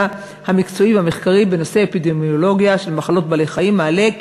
המקצועי והמחקרי בנושא אפידמיולוגיה של מחלות בעלי-חיים מעלה כי